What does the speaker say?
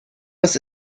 was